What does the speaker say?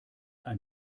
ein